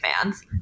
fans